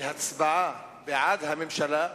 להצבעה בעד הממשלה.